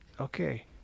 Okay